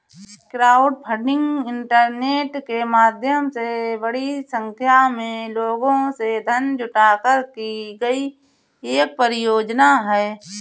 crowdfunding internet के माध्यम से बड़ी संख्या में लोगों से धन जुटाकर की गई एक परियोजना है